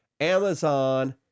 Amazon